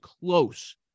close